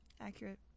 Accurate